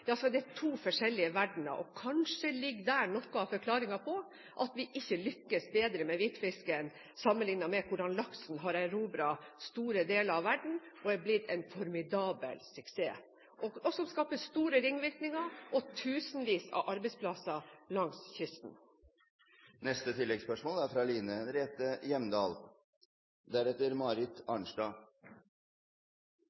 det to forskjellige verdener. Kanskje ligger noe av forklaringen der på at vi ikke lykkes bedre med hvitfisken, sammenlignet med hvordan laksen har erobret store deler av verden og er blitt en formidabel suksess, noe som skaper store ringvirkninger og tusenvis av arbeidsplasser langs kysten. Line Henriette Hjemdal – til oppfølgingsspørsmål. Kristelig Folkeparti er